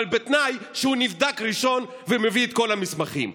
אבל בתנאי שהוא נבדק ראשון ומביא את כל המסמכים.